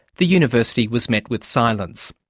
the university was met with silence.